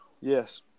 Yes